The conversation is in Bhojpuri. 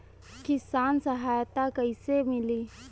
किसान सहायता कईसे मिली?